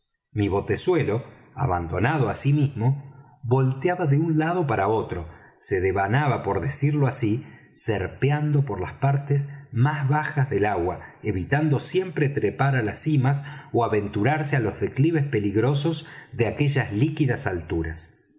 mi botezuelo abandonado á sí mismo volteaba de un lado para otro se devanaba por decirlo así serpeando por las partes más bajas del agua evitando siempre trepar á las cimas ó aventurarse á los declives peligrosos de aquellas líquidas alturas